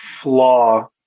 flaw